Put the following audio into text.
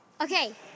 okay